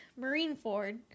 Marineford